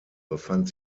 befand